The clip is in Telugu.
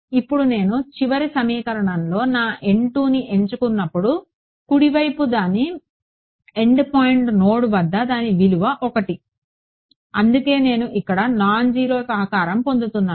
ఇప్పుడు నేను చివరి సమీకరణంలో నా ని ఎంచుకున్నప్పుడు కుడి వైపు దాని ఎండ్ పాయింట్ నోడ్ వద్ద దాని విలువ 1 అందుకే నేను ఇక్కడ నాన్ జీరో సహకారం పొందుతాను